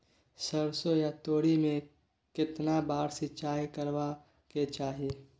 सरसो या तोरी में केतना बार सिंचाई करबा के चाही?